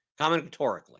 combinatorically